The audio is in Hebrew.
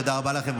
תודה רבה לכם.